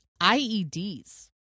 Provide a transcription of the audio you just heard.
IEDs